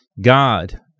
God